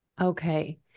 okay